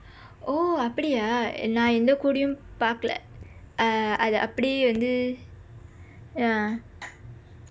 oh அப்படியா நான்:appadiyaa naan பார்க்கல:paarkkala uh அத அப்படியே வந்து:atha appadiyee vandthu ah